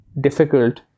difficult